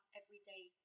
everyday